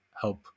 help